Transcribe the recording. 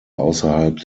ausserhalb